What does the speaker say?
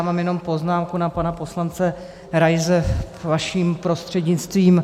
Mám jenom poznámku na pana poslance Raise, vaším prostřednictvím.